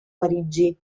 parigi